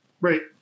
Right